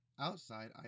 outside